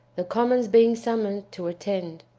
the commons being summoned to attend.